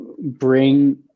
bring